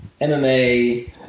MMA